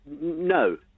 no